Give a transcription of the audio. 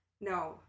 No